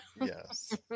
Yes